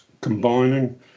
combining